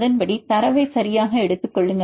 அதன்படி தரவை சரியாக எடுத்துக் கொள்ளுங்கள்